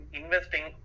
investing